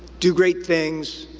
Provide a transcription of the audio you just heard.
do great things.